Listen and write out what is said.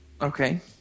Okay